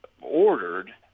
ordered